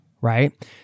right